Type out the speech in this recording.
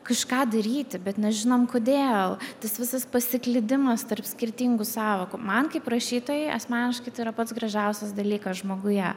kažką daryti bet nežinom kodėl tas visas pasiklydimas tarp skirtingų sąvokų man kaip rašytojai asmeniškai tai yra pats gražiausias dalykas žmoguje